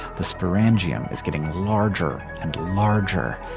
the sporangium is getting larger and larger,